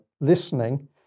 listening